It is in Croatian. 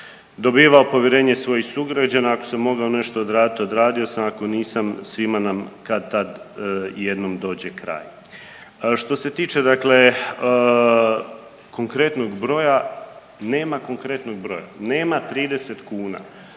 dobivao povjerenje svojih sugrađana, ako sam mogao nešto odraditi, odradio sam, ako nisam, svima nam kad-tad jednom dođe kraj. Što se tiče dakle konkretnog broja, nema konkretnog broja. Nema 30 kuna.